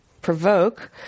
provoke